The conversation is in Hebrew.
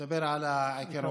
נדבר על הגירעון.